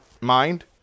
mind